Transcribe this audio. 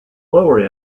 lower